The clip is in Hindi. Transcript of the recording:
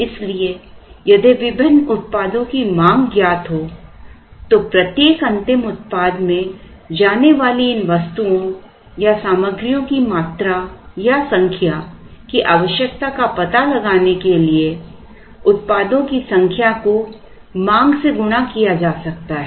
इसलिए यदि विभिन्न उत्पादों की मांग ज्ञात हो तो प्रत्येक अंतिम उत्पाद में जाने वाली इन वस्तुओं या सामग्रियों की मात्रा या संख्या की आवश्यकता का पता लगाने के लिए उत्पादों की संख्या को मांग से गुणा किया जा सकता है